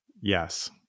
Yes